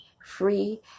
free